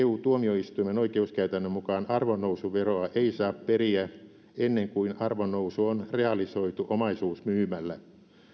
eu tuomioistuimen oikeuskäytännön mukaan arvonnousuveroa ei saa periä ennen kuin arvonnousu on realisoitu omaisuus myymällä